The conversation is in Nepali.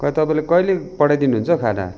खै तपाईँले कहिले पठाइ दिनुहुन्छ खाना